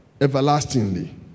everlastingly